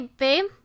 babe